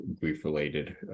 grief-related